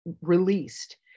released